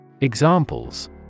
Examples